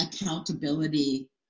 accountability